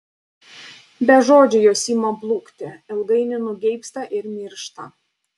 be žodžių jos ima blukti ilgainiui nugeibsta ir miršta